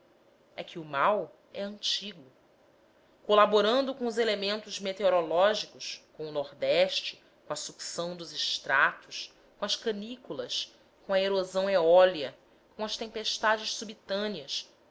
é que o mal é antigo colaborando com os elementos meteorológicos com o nordeste com a sucção dos estratos com as canículas com a erosão eólia com as tempestades subitâneas